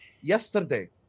yesterday